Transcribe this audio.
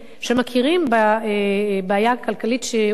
שמכירים בבעיה הכלכלית שלו,